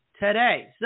today